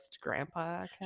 grandpa